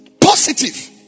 Positive